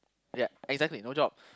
ya exactly no job